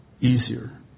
easier